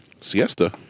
Siesta